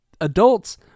adults